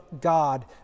God